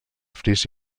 fris